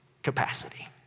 capacity